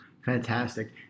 fantastic